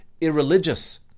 irreligious